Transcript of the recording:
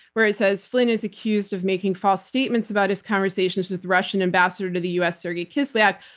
where it says, flynn is accused of making false statements about his conversations with russian ambassador to the us, sergey kislyak.